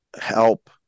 help